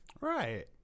Right